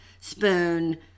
spoon